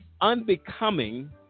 unbecoming